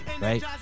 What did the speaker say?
right